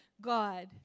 God